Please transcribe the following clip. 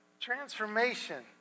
transformation